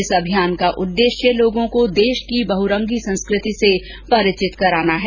इस अमियान का उददेश्य लोगों को देश की बहरंगी संस्कृति से परिचित कराना है